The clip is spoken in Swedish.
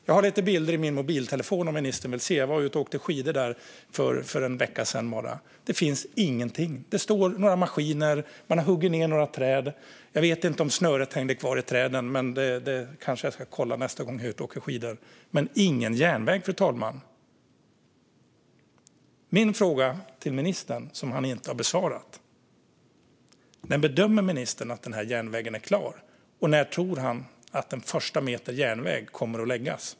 Jag har lite bilder i min mobiltelefon om ministern vill se; jag var ute och åkte skidor där för bara en vecka sedan. Det finns ingenting. Det står några maskiner där, och man har huggit ned några träd. Jag vet inte om snöret hängde kvar i träden, men det kanske jag ska kolla nästa gång jag är ute och åker skidor. Men det finns ingen järnväg, fru talman. Min fråga till ministern som han inte har besvarat är: När bedömer ministern att den här järnvägen är klar? Och när tror han att den första metern järnväg kommer att läggas?